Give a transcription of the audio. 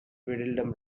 tweedledum